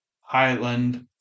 Highland